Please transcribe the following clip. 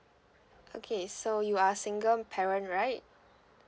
okay so you are a single parent right